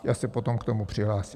Já se potom k tomu přihlásím.